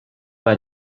bei